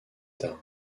tard